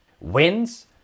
Wins